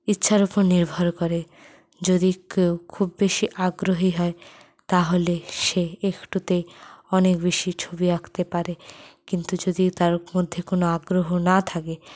ইচ্ছার উপর নির্ভর করে যদি কেউ খুব বেশি আগ্রহী হয় তাহলে সে একটুতেই অনেক বেশি ছবি আঁকতে পারে কিন্তু যদি তার মধ্যে কোনো আগ্রহ না থাকে